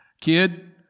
Kid